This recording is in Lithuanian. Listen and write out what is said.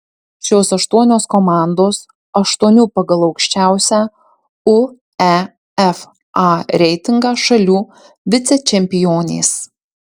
šios aštuonios komandos aštuonių pagal aukščiausią uefa reitingą šalių vicečempionės